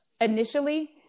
initially